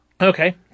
Okay